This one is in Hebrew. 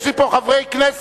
יש לי פה חברי כנסת.